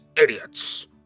idiots